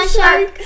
Shark